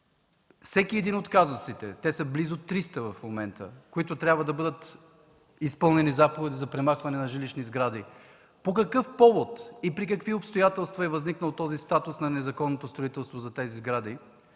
всеки един от казусите – те са близо 300 в момента. Трябва да бъдат изпълнени заповеди за премахване на жилищни сгради, по какъв повод и при какви обстоятелства е възникнал този статус на незаконното строителство за тези сгради,